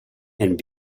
and